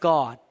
God